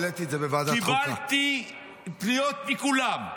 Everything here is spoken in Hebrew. קיבלתי פניות מכולם,